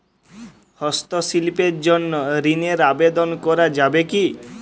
হস্তশিল্পের জন্য ঋনের আবেদন করা যাবে কি?